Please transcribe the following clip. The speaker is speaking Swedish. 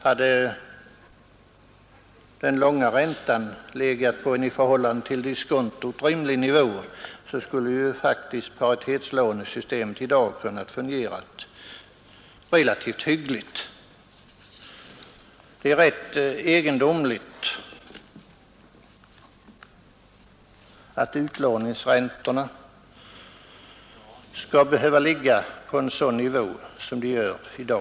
Hade den långa räntan legat på en i förhållande till diskontot rimlig nivå, skulle ju faktiskt paritetslånesystemet i dag kunnat fungera relativt hyggligt. Det är rätt egendomligt att utlåningsräntorna skall behöva ligga på en sådan nivå som de gör i dag.